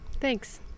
Thanks